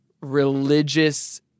religious